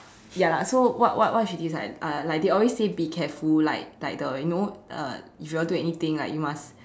ya lah so what what what she did is like uh like always they always say be careful like like the you know uh if you all do anything like you must